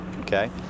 okay